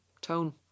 tone